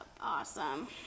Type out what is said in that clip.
Awesome